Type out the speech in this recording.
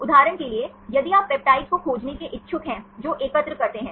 उदाहरण के लिए यदि आप पेप्टाइड्स को खोजने के इच्छुक हैं जो एकत्र करते हैं